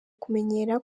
kumenyera